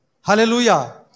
Hallelujah